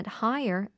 higher